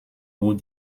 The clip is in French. haut